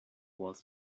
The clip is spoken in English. was